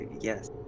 yes